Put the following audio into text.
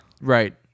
Right